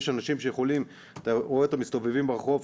יש אנשים שאתה רואה אותם מסתובבים ברחוב,